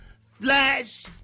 Flash